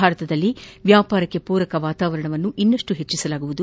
ಭಾರತದಲ್ಲಿ ವ್ಯಾಪಾರಕ್ಕೆ ಪೂರಕ ವಾತಾವರಣವನ್ನು ಇನ್ನಷ್ಟು ಹೆಚ್ಚಿಸಲಾಗುವುದು